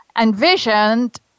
envisioned